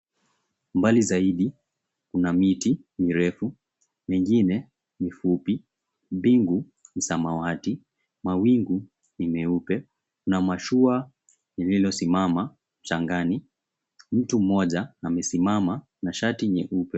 Mbali zaidi kuna miti mrefu, mengine ni fupi. Mbingu ni samawati. Mawingu ni meupe. Kuna mashua lililosimama mchangani. Mtu mmoja amesimama na shati nyeupe.